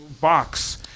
box